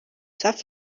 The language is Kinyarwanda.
safi